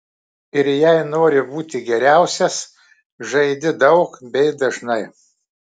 ir jei nori būti geriausias žaidi daug bei dažnai